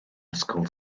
ysgol